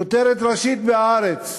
כותרת ראשית ב"הארץ",